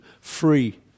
free